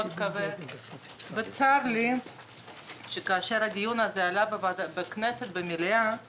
לצערי כאשר הנושא עלה במליאת הכנסת,